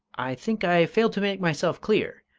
i think i failed to make myself clear,